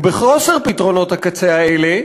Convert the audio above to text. או בחוסר פתרונות הקצה האלה,